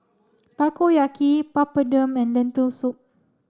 Takoyaki Papadum and Lentil soup